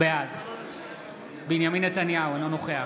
בעד בנימין נתניהו, אינו נוכח